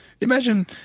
Imagine